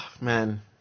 man